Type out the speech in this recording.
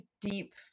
deep